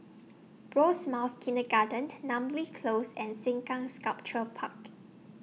Rosemount Kindergarten Namly Close and Sengkang Sculpture Park